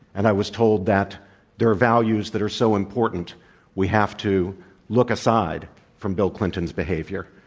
and i was told that there are values that are so important we have to look aside from bill clinton's behavior.